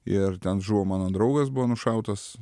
ir ten žuvo mano draugas buvo nušautas